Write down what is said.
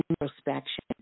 introspection